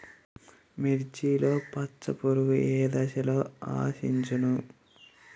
మిర్చిలో పచ్చ పురుగు ఏ దశలో ఆశించును?